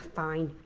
fine!